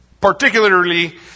Particularly